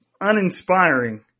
uninspiring